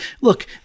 Look